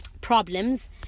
problems